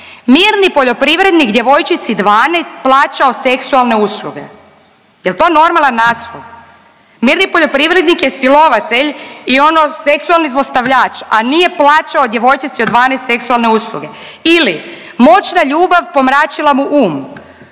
„Mirni poljoprivrednik djevojčici 12 plaćao seksualne usluge“. Jel' to normalan naslov? Mirni poljoprivrednik je silovatelj i ono seksualni zlostavljač, a nije plaćao djevojčici od 12 seksualne usluge. Ili moćna ljubav pomračila mu um.